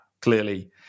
clearly